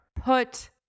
put